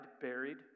buried